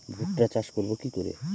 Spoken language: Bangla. ভুট্টা চাষ করব কি করে?